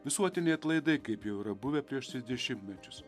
visuotiniai atlaidai kaip jau yra buvę prieš dešimtmečius